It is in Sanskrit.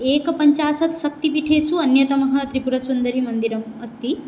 एकपञ्चाशत् शक्तिपीठेषु अन्यतमं त्रिपुरसुन्दरीमन्दिरम् अस्ति